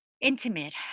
intimate